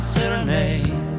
Serenade